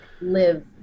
live